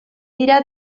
dira